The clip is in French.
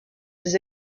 des